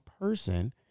person